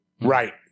Right